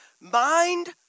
mind